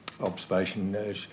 observation